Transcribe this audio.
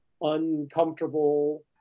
uncomfortable